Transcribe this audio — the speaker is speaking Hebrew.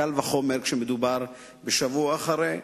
קל וחומר כשמדובר בשבוע אחרי.